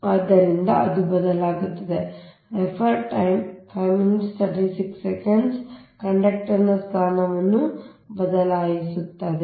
ಆದ್ದರಿಂದ ಅದು ಬದಲಾಗುತ್ತಿದೆ Refer Time 0536 ಕಂಡಕ್ಟರ್ ನ ಸ್ಥಾನವನ್ನು ಬದಲಾಯಿಸಲಾಗುತ್ತಿದೆ